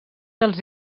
dels